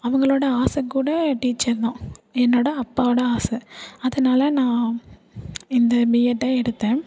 அவங்களோடய ஆசைக்கூட டீச்சர் தான் என்னோடய அப்பாவோட ஆசை அதனால நான் இந்த பிஎட்டை எடுத்தேன்